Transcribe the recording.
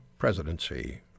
Presidency